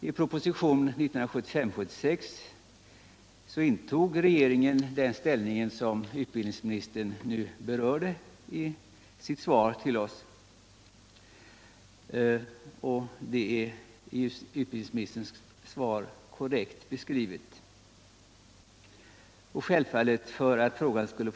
I en proposition 1975/76 intog regeringen den ställning som utbildningsministern nu berörde i sitt svar till oss; det är korrekt beskrivet i utbildningsministerns svar.